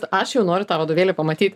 aš jau noriu tą vadovėlį pamatyti